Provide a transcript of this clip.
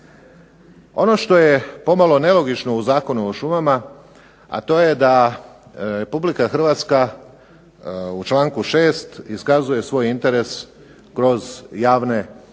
Ono što je pomalo nelogično u Zakonu o šumama to je da Republika Hrvatska u članku 6. iskazuje svoj interes kroz javne ovlasti,